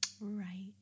Right